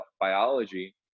biology